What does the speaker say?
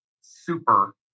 super